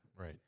Right